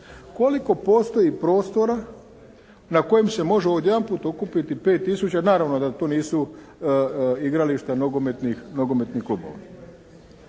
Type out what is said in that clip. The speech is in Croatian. koliko postoji prostora na kojem se može odjedanput okupiti 5 tisuća, naravno da to nisu igrališta nogometnih klubova.